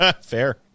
Fair